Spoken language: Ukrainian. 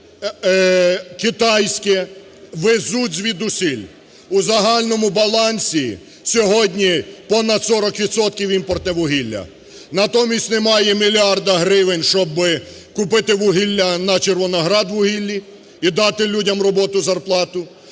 китайське, везуть звідусіль. У загальному балансі сьогодні понад 40 відсотків – імпортне вугілля, натомість немає мільярда гривень, щоби купити вугілля на "Червоноградвугіллі" і дати людям роботу, зарплату.